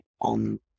on